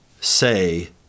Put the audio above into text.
say